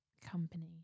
company